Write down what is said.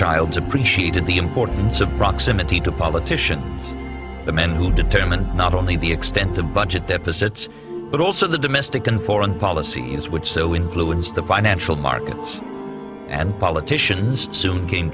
rothschilds appreciated the importance of proximity to politicians the men who determine not only the extent of budget deficits but also the domestic and foreign policies which so influenced the financial markets and politicians soon came